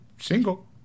single